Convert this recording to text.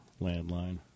landline